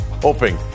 hoping